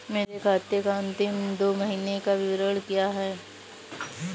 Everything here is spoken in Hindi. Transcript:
मेरे खाते का अंतिम दो महीने का विवरण क्या है?